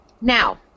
Now